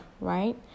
right